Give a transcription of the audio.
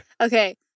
Okay